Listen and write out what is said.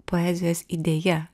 poezijos idėja